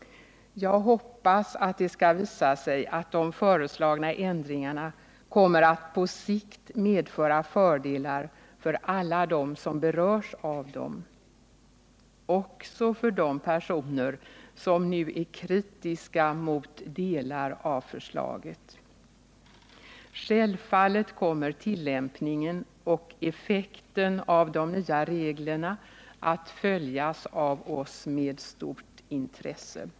Jag hoppas att det skall visa sig att de föreslagna ändringarna kommer att på sikt medföra fördelar för alla dem som berörs av dem — också för de personer som nu är kritiska mot delar av förslaget. Självfallet kommer tillämpningen och effekten av de nya reglerna att följas av oss med stort intresse.